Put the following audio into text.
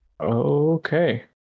Okay